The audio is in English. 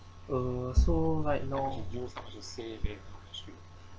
uh so right now